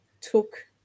took